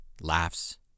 laughs